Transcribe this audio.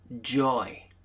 joy